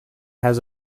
has